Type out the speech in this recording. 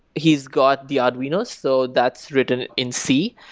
he's got the arduinos. so that's written in c,